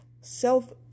Self